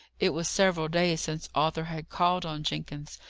it was several days since arthur had called on jenkins,